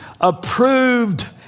approved